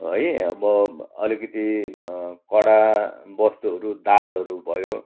है अब अलिकति कडा वस्तुहरू दालहरू भयो